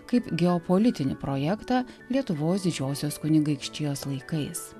kaip geopolitinį projektą lietuvos didžiosios kunigaikštijos laikais